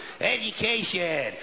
Education